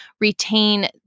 retain